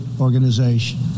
Organization